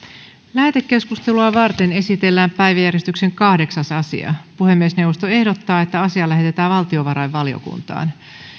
lähetekeskustelua varten esitellään päiväjärjestyksen kahdeksas asia puhemiesneuvosto ehdottaa että asia lähetetään valtiovarainvaliokuntaan aloitteen